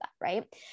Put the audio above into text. Right